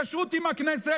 חבר הכנסת